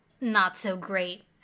not-so-great